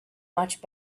much